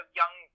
young